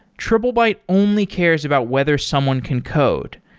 triplebyte only cares about whether someone can code.